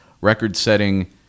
record-setting